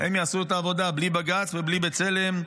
"הם יעשו את העובדה בלי בג"ץ ובלי בצלם",